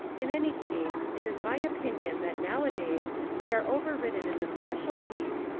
in any case, it is my opinion that now-a-days we are overridden in the specialties,